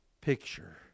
picture